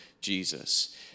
Jesus